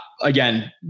again